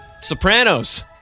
Sopranos